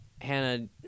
Hannah